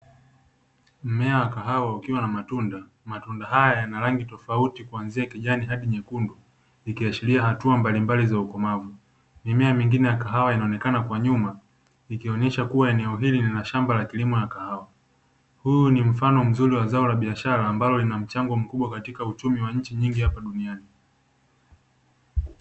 Mmea wa kahawa ukiwa na matunda. Matunda haya yana rangi tofauti kuanzia kijani hadi nyekundu ikiashiria hatua mbalimbali za ukomavu. Mimea mingine ya kahawa inaonekana kwa nyuma ikionesha kuwa eneo hili ni la shamba la kilimo cha kahawa. Huu ni mfano mzuri wa zao la biashara ambalo lina mchango mkubwa wa uchumi wa nchi nyingi duniani.